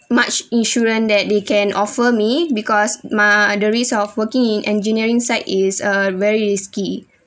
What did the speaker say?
much insurance that they can offer me because my the risk of working in engineering site is uh very risky